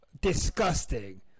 disgusting